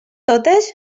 totes